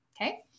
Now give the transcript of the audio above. okay